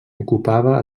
ocupava